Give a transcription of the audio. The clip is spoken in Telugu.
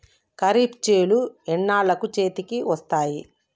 ఖరీఫ్ చేలు ఎన్నాళ్ళకు చేతికి వస్తాయి?